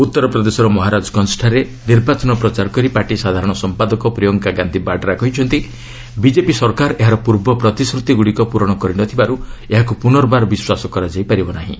ଉତ୍ତର ପ୍ରଦେଶର ମହାରାଜଗଞ୍ଜଠାରେ ନିର୍ବାଚନ ପ୍ରଚାର କରି ପାର୍ଟି ସାଧାରଣ ସମ୍ପାଦକ ପ୍ରିୟଙ୍କା ଗାନ୍ଧି ବାଡ୍ରା କହିଛନ୍ତି ବିଜେପି ସରକାର ଏହାର ପୂର୍ବ ପ୍ରତିଶ୍ରତିଗୁଡ଼ିକ ପ୍ରରଣ କରି ନ ଥିବାରୁ ଏହାକୁ ପୁନର୍ବାର ବିଶ୍ୱାସ କରାଯାଇପାରିବ ନାହିଁ